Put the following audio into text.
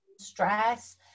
stress